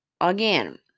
again